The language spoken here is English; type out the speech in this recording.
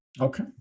Okay